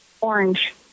orange